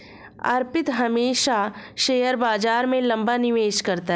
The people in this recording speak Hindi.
अर्पित हमेशा शेयर बाजार में लंबा निवेश करता है